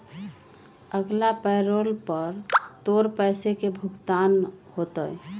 अगला पैरोल पर तोर पैसे के भुगतान होतय